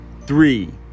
three